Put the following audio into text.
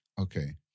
Okay